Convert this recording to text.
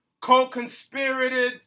co-conspirated